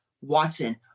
Watson